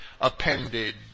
appended